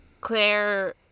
Claire